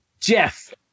Jeff